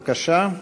בבקשה,